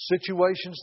situation's